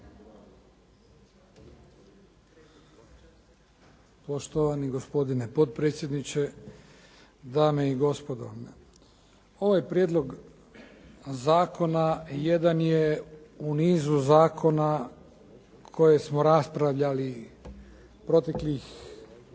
Poštovani gospodine potpredsjedniče, dame i gospodo. Ovaj prijedlog zakona jedan je u niz zakona koje smo raspravljali proteklih